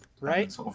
Right